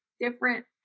different